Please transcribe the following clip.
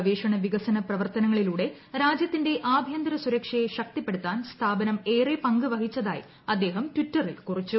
ഗവേഷണ പ്പിക്സ്സന പ്രവർത്തനങ്ങളിലൂടെ രാജ്യത്തിന്റെ ആഭ്യന്തര സുരക്ഷയെ ശ്രക്തിപ്പെടുത്താൻ സ്ഥാപനം ഏറെ പങ്ക് വഹിച്ചതായി അദ്ദേഹം ടിറ്ററിൽ കുറിച്ചു